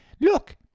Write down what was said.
Look